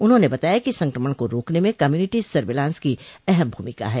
उन्होंने बताया कि संक्रमण को रोकने में कम्यूनिटी सर्विलांस की अहम भूमिका है